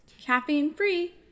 caffeine-free